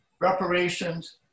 reparations